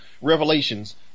revelations